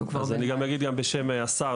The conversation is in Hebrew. אני אגיד גם בשם השר,